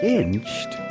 inched